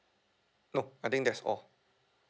nope I think that's all